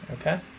Okay